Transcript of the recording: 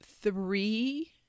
three